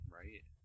right